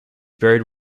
buried